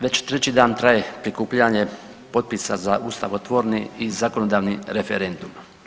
Već 3. dan traje prikupljanje potpisa za ustavotvorni i zakonodavni referendum.